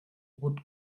would